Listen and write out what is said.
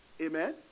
Amen